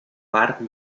parque